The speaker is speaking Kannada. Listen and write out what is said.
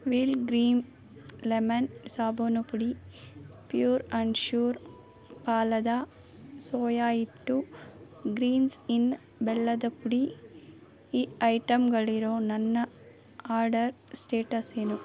ಮೇಲ್ ಗ್ರೀನ್ ಲೆಮನ್ ಸಾಬೂನು ಪುಡಿ ಪ್ಯೂರ್ ಆ್ಯಂಡ್ ಶ್ಯೂರ್ ಪಾಲದ ಸೋಯಾ ಇಟ್ಟು ಗ್ರೀನ್ಸ್ ಇನ್ ಬೆಲ್ಲದ ಪುಡಿ ಈ ಐಟಮ್ಗಳಿರೊ ನನ್ನ ಆರ್ಡರ್ ಸ್ಟೇಟಸ್ ಏನು